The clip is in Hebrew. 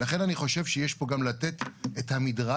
ולכן אני חושב שיש פה גם לתת את המדרג